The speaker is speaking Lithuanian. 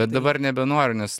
bet dabar nebenoriu nes